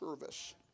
service